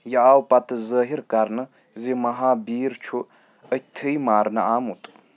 یہِ آو پَتہٕ ظٲہِر كَرنہٕ زِ مہابیٖر چھُ أتۍتھٕے مارنہٕ آمُت